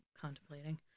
contemplating